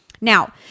Now